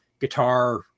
guitar